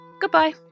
Goodbye